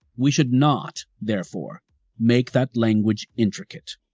we should not therefore make that language intricate,